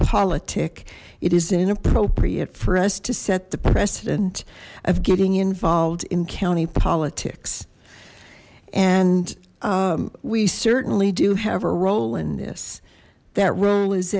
politic it is inappropriate for us to set the precedent of getting involved in county politics and we certainly do have a role in this that role is